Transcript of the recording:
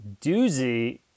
doozy